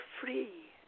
free